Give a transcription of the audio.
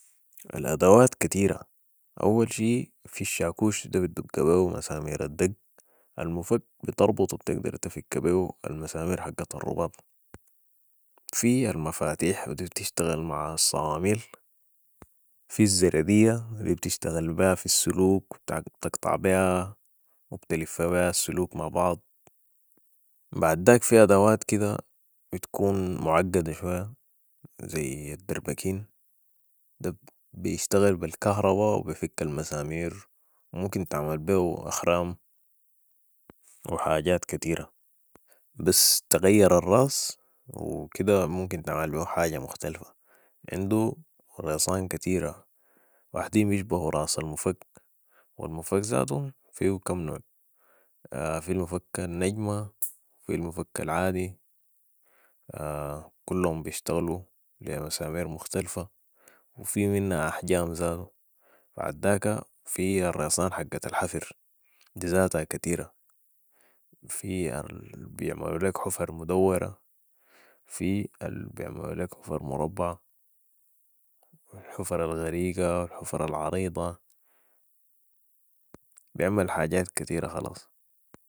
الادوات كتيرة اول شي في الشاكوش ده بتدق بيهو مسامير الدق. المفك بتربط و بتقدر تفك بيو المسامير حقت الرباط ، في المفاتيح و دي بتشتغل مع الصواميل و في الزردية و دي بتشتغل بيها في السلوك و و بتقطع بيها و بتلف بيها السلوك مع بعض بعداك في أدوات كدة بتكون معقدة شوية زي الدربكين ده بيشتغل بالكهرباء و بفك المسامير ممكن تعمل بيو اخرام و حاجات كتيره بس تغير الراس و كدة ممكن تعمل بيو حاجة مختلفة عندو ريسان كتيرة وحدين بيشيهة راس المفك و المفك زاتو فيو كم نوع في المفك النجمة في المفك العادي كلهم بيشتغل بي مسامير مختلفة و في منها احجام زاتو بعداك في الريسان حقت الحفر دي زاتا كتيرة في البيعملو ليك حفر مدورة في البيعملو ليك حفر مربعة و الحفر الغيقة و الحفر العريضة بيعمل حاجات كتيرة خلاص